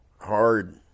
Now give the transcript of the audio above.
hard